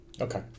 Okay